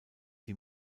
die